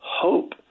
hope